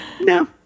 no